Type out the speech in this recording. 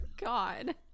God